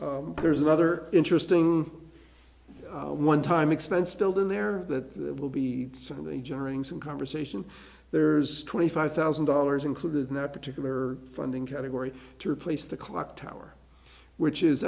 dollars there's another interesting one time expense build in there that will be sort of the generating some conversation there's twenty five thousand dollars included in that particular funding category to replace the clock tower which is